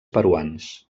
peruans